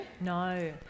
No